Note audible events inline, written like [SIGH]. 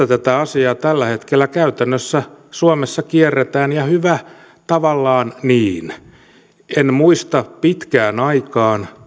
[UNINTELLIGIBLE] tätä asiaa tällä hetkellä käytännössä suomessa kierretään ja tavallaan hyvä niin en muista pitkään aikaan